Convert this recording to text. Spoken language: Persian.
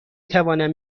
توانم